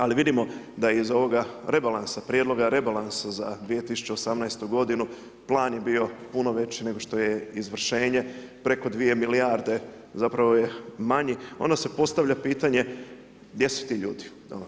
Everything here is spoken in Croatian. Ali vidimo da iz ovoga rebalansa, prijedloga rebalansa za 2018. godinu plan je bio puno veći, nego što je izvršenje, preko 2 milijarde zapravo je manji, onda se postavlja pitanje gdje su ti ljudi?